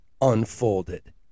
unfolded